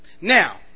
Now